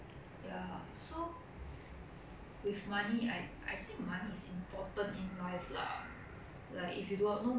like if you do~ got no money is really quite struggling it's like you see that time the the what mothership or must share news that time they share the